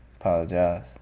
Apologize